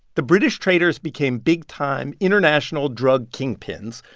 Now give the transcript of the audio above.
the british traders became big-time international drug kingpins,